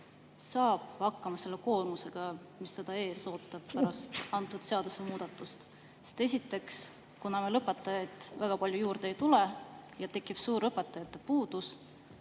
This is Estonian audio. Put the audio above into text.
saab hakkama selle koormusega, mis teda ees ootab pärast seda seadusemuudatust? Sest esiteks, kuna meil õpetajaid väga palju juurde ei tule ja tekib suur õpetajate puudus,